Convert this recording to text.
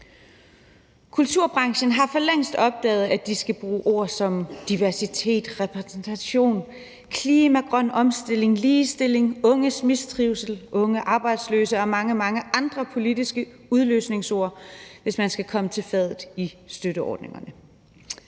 Kulturbranchen har for længst opdaget, at de skal bruge ord som diversitet, repræsentation, klima, grøn omstilling, ligestilling, unges mistrivsel, unge arbejdsløse og mange, mange andre politiske udløsningsord, hvis man skal komme til fadet i støtteordningerne.